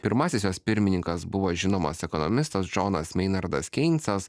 pirmasis jos pirmininkas buvo žinomas ekonomistas džonas meinradas keincas